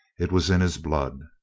it was in his blood.